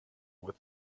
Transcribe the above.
with